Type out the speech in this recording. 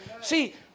See